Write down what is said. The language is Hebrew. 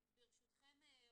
ברשותכם,